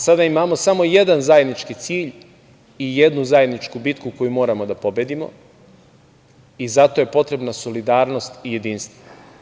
Sada imamo samo jedan zajednički cilj i jednu zajedničku bitku koju moramo da pobedimo i zato je potrebna solidarnost i jedinstvo.